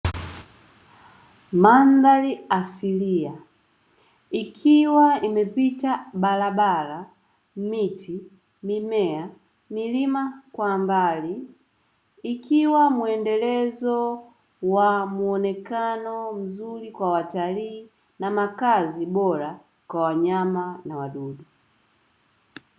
Mandhari asilia ikiwa imepita barabara, miti, mimea, milima kwa mbali; ikiwa muendelezo wa muonekano mzuri kwa watalii na makazi bora kwa wanyama na wadudu.